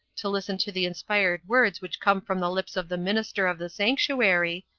to listen to the inspired words which come from the lips of the minister of the sanctuary,